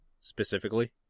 specifically